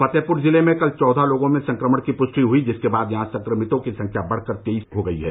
फतेहपुर जिले में कल चौदह लोगों में संक्रमण की पुष्टि हुई जिसके बाद यहां संक्रमितों की संख्या बढ़कर तेईस हो गई है